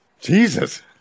Jesus